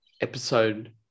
episode